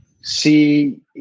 see